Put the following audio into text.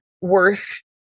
worth